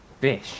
fish